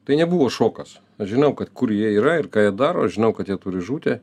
tai nebuvo šokas aš žinau kad kur jie yra ir ką jie daro aš žinau kad jie turi žūti